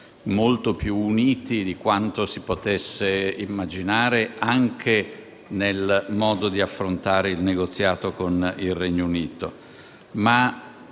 molto più uniti di quanto si potesse immaginare anche nel modo di affrontare il negoziato con il Regno Unito.